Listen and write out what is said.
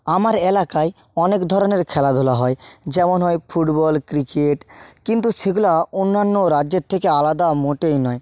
আমার এলাকায় অনেক ধরনের খেলাধুলা হয় যেমন হয় ফুটবল ক্রিকেট কিন্তু সেগুলো অন্যান্য রাজ্যের থেকে আলাদা মোটেই নয়